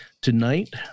tonight